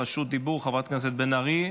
רשות דיבור, חברת הכנסת בן ארי?